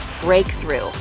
Breakthrough